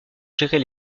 gérer